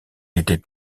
était